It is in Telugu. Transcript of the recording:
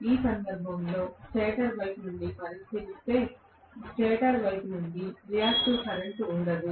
ఈ సందర్భంలో స్టేటర్ వైపు నుండి పరిశీలిస్తే స్టేటర్ వైపు ఎటువంటి రియాక్టివ్ కరెంట్ ఉండదు